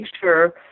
sure